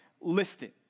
listed